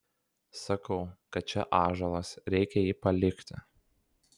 sakau kad čia ąžuolas reikia jį palikti